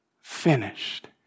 finished